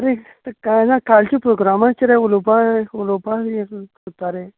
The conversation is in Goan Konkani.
न्ही काय ना कालचें प्रोग्रामाक किदें उलोवपा उलोवपाक यें सोदताले